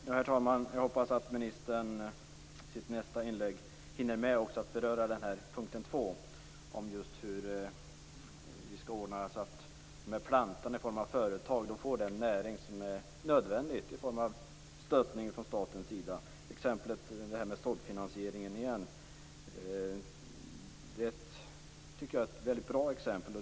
Herr talman! Jag hoppas att ministern i sitt nästa inlägg hinner med att beröra punkten 2 om hur vi skall ordna så att plantorna i form av företag får den näring som är nödvändig, t.ex. stöd från staten sida. Vi har exemplet med såddfinansiering. Det är ett bra exempel.